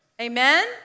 Amen